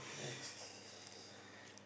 next